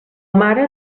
mare